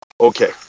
okay